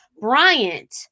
Bryant